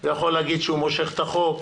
הוא יכול להגיד שהוא מושך את החוק,